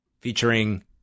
featuring